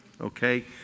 Okay